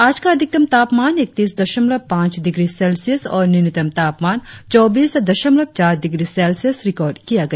आज का अधिकतम तापमान एकतीस दशमलव पांच डिग्री सेल्सियस और न्यूनतम तापमान चौबीस दशमलव चार डिग्री सेल्सियस रिकार्ड किया गया